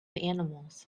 animals